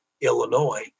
Illinois